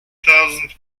thousand